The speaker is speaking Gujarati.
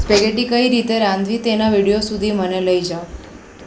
સ્પેગેટી કઇ રીતે રાંધવી તેના વિડીયો સુધી મને લઇ જાઓ